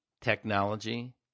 technology